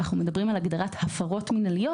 אנחנו מדברים על הגדרת הפרות מינהליות.